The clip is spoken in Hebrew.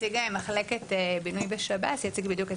נציג מחלקת בינוי בשב"ס יציג בדיוק את